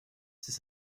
c’est